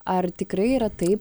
ar tikrai yra taip